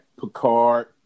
Picard